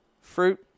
fruit